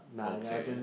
okay